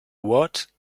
what